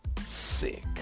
sick